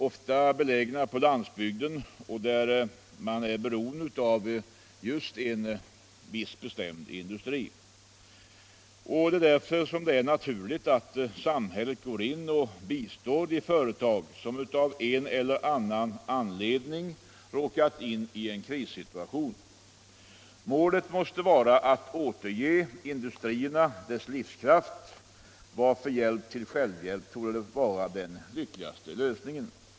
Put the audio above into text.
Ofta är de belägna på landsbygden och där är man beroende av en viss bestämd industri. Därför är det naturligt att samhället går in och bistår i företag som av en eller annan anledning råkat in i en krissituation. Målet måste vara att återge industrierna dess livskraft varför hjälp till självhjälp torde vara den lyckligaste lösningen.